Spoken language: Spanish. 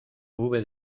hube